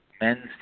men's